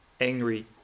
angry